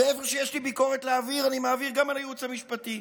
איפה שיש לי ביקורת להעביר אני מעביר גם על הייעוץ המשפטי.